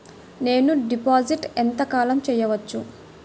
నేను డిపాజిట్ ఎంత కాలం చెయ్యవచ్చు?